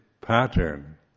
pattern